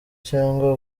cyangwa